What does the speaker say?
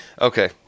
Okay